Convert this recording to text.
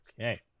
Okay